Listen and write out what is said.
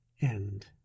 End